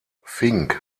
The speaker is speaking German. fink